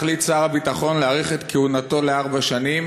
החליט שר הביטחון להאריך את כהונתו לארבע שנים,